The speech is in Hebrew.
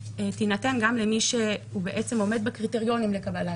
תינתן גם למי שעומד בקריטריונים לקבלת